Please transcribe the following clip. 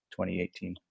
2018